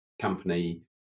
company